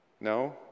No